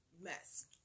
mess